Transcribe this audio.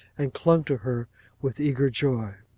and clung to her with eager joy.